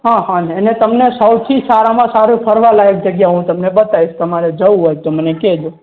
હા હા એને તમને સૌથી સારામાં સારું ફરવાલાયક જગ્યા હું બતાવીશ તમારે જવું હોય તો મને કહેજો